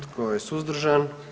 Tko je suzdržan?